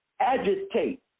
Agitate